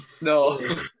No